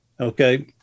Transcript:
Okay